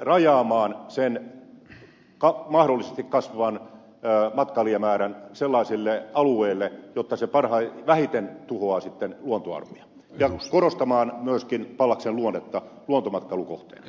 rajaamaan sen mahdollisesti kasvavan matkailijamäärän sellaisille alueille jotta se vähiten tuhoaa luontoarvoja ja pystymme korostamaan myöskin pallaksen luonnetta luontomatkailukohteena